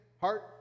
heart